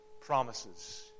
promises